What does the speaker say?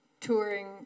touring